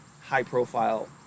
high-profile